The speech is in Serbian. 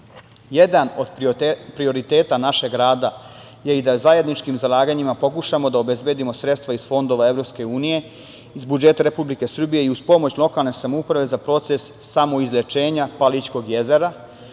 od prioriteta našeg rada je i da zajedničkim zalaganjima pokušamo da obezbedimo sredstva iz fondova EU, iz budžeta Republike Srbije i uz pomoć lokalne samouprave za proces samoizlečenja Palićkog jezera,